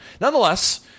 Nonetheless